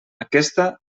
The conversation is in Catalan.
aquesta